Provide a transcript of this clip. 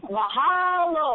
mahalo